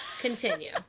Continue